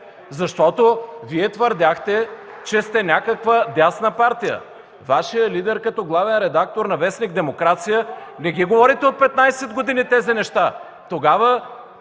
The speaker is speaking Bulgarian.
защото Вие твърдяхте, че сте някаква дясна партия – Вашият лидер като главен редактор на вестник „Демокрация”! Не ги говорите от 15 години тези неща – тогава